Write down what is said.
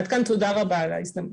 עד כאן, תודה רבה על ההזדמנות.